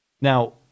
Now